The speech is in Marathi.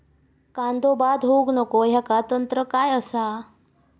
कांदो बाद होऊक नको ह्याका तंत्र काय असा?